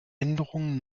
änderung